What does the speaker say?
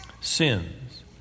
sins